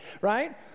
Right